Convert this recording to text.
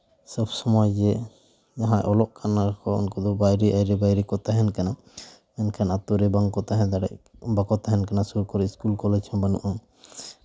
ᱥᱚᱵ ᱥᱚᱢᱚᱭ ᱡᱮ ᱡᱟᱦᱟᱸᱭ ᱚᱞᱚᱜ ᱠᱟᱱᱟ ᱠᱚ ᱩᱱᱠᱩ ᱫᱚ ᱵᱟᱭᱨᱮ ᱟᱭᱨᱮ ᱵᱟᱭᱨᱮ ᱠᱚ ᱛᱟᱦᱮᱱ ᱠᱟᱱᱟ ᱢᱮᱱᱠᱷᱟᱱ ᱟᱹᱛᱩᱨᱮ ᱵᱟᱝ ᱠᱚ ᱛᱟᱦᱮᱸ ᱫᱟᱲᱮᱭᱟᱜ ᱵᱟᱠᱚ ᱛᱟᱦᱮᱱ ᱠᱟᱱᱟ ᱥᱩᱨ ᱥᱩᱯᱩᱨ ᱠᱚᱨᱮᱫ ᱥᱠᱩᱞ ᱠᱚᱞᱮᱡᱽ ᱦᱚᱸ ᱵᱟᱹᱱᱩᱜᱼᱟ